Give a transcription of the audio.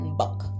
buck